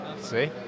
See